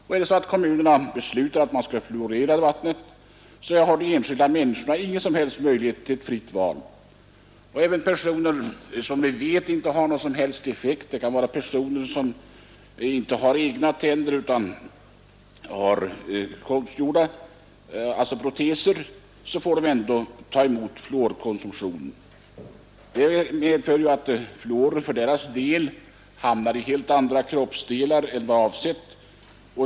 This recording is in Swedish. Om kommunerna beslutar att fluoridera vattnet, så har de enskilda människorna ingen som helst möjlighet till ett fritt val. Det gäller även personer som inte har någon som helst nytta av fluoren. De som inte har egna tänder utan nyttjar proteser får ändå konsumera fluor. Det medför att fluoren för deras del hamnar i helt andra kroppsdelar än som avsetts.